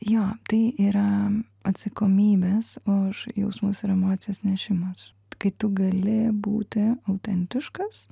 jo tai yra atsakomybės už jausmus ir emocijas nešimas kai tu gali būti autentiškas